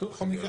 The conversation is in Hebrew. בטוח יגיע.